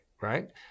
right